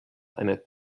einer